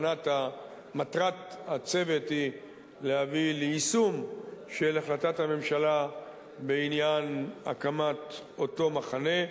שמטרתו להביא ליישום החלטת הממשלה בעניין הקמת אותו מחנה.